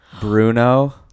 Bruno